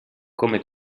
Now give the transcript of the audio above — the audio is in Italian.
come